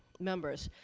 members,